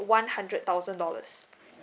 one hundred thousand dollars